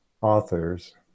authors